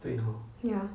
ya